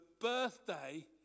birthday